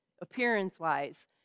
appearance-wise